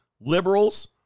liberals